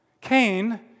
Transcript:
Cain